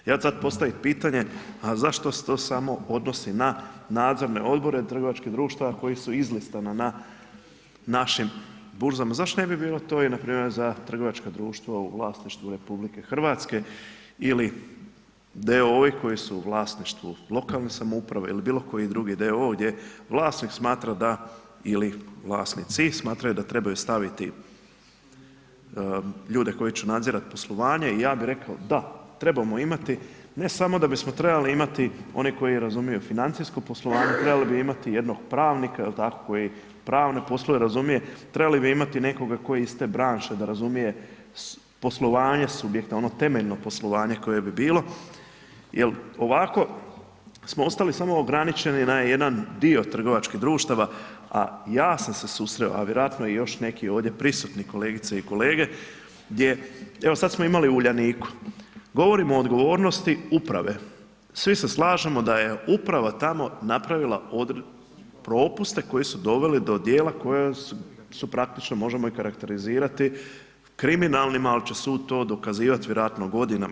Ja ću sad postavit pitanje, a zašto se to samo odnosi na nadzorne odbore trgovačkih društava koji su izlistana na našim burzama, zašto ne bi bilo to i na primjer za trgovačka društva u vlasništvu RH ili d.o.o. koji su u vlasništvu lokalne samouprave ili bilo koji drugi d.o.o. gdje vlasnik smatra da ili vlasnici smatraju da trebaju staviti ljude koji će nadzirati poslovanje i ja bi reko da, trebamo imamo ne samo da bismo trebali imati one koji razumiju financijsko poslovanje trebali bi imati jednog pravnika, jel tako koji pravne poslove razumije, trebali bi imati nekoga tko je iz te branše da razumije poslovanje subjekta ono temeljno poslovanje koje bi bilo jel ovako smo ostali samo ograničeni na jedan dio trgovačkih društava, a ja sam se susreo, a vjerojatno i još neki ovdje prisutni kolegice i kolege gdje, evo sad smo imali u Uljaniku, govorimo o odgovornosti uprave, svi se slažemo da je uprava tamo napravila propuste koji su doveli do dijela koja su praktično možemo ih okarakterizirati kriminalnim ali će sud to dokazivati vjerojatno godinama.